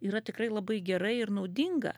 yra tikrai labai gerai ir naudinga